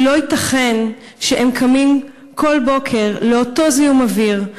כי לא ייתכן שהם קמים כל בוקר לאותו זיהום אוויר,